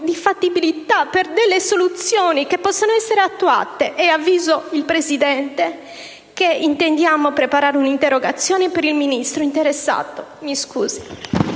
e fattibilità per soluzioni che possono essere attuate. Preannuncio che intendiamo preparare un'interrogazione per il Ministro interessato. Mi scuso